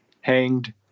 hanged